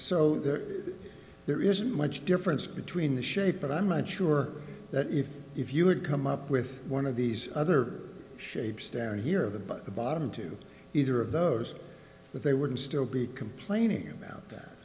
so there isn't much difference between the shape but i'm not sure that if if you would come up with one of these other shapes down here the but the bottom to either of those but they wouldn't still be complaining about that